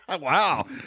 Wow